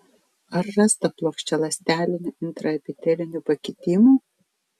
ar rasta plokščialąstelinių intraepitelinių pakitimų